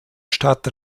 stadt